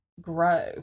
grow